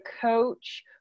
coach